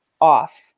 off